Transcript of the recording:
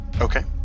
Okay